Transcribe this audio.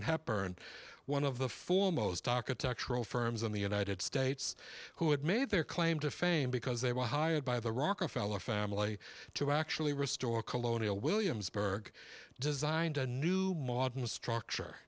have burned one of the foremost aka textural firms in the united states who had made their claim to fame because they were hired by the rockefeller family to actually restore colonial williamsburg designed a new modern structure